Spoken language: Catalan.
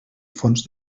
fons